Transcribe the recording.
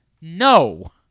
No